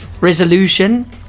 resolution